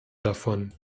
davon